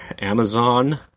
Amazon